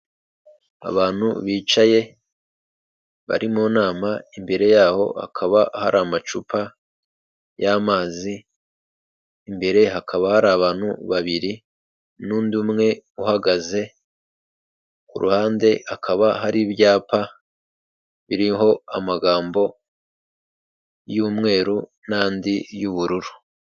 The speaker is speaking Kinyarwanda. Abantu bicaye bari mu nama, imbere yaho hakaba hari amacupa y'amazi, imbere hakaba hari abantu babiri n'undi umwe uhagaze, ku ruhande hakaba hari ibyapa biriho amagambo y'umweru n'andi y'ubururu.